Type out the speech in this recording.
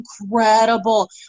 incredible